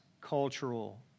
cultural